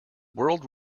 world